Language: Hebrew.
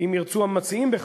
אם ירצו המציעים בכך,